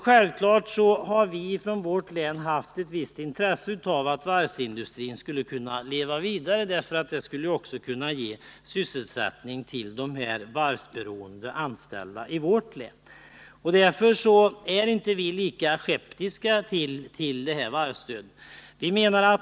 Självklart har vi i vårt län haft ett visst intresse av att varvsindustrin skulle kunna leva vidare, därför att denna skulle kanske också kunna ge sysselsättning till de varvsberoende anställda i vårt län. Därför ställer vi oss inte heller lika skeptiska till just detta varvsstöd.